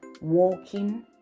walking